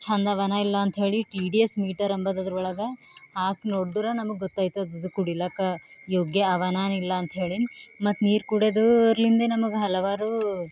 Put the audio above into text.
ಚಂದವನ ಇಲ್ಲ ಅಂಥೇಳಿ T D S meter ಅಂಬದದ್ರೊಳಗೆ ಹಾಕ್ ನೋಡ್ದ್ರೆ ನಮ್ಗೆ ಗೊತ್ತೈತದೆ ಇದು ಕುಡಿಲಕ್ಕ ಯೋಗ್ಯ ಅವನ ಇಲ್ಲ ಅಂಥೇಳಿ ಮತ್ತು ನೀರು ಕುಡಿದು ಅದ್ರಲಿಂದ ನಮಗೆ ಹಲವಾರು